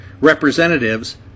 representatives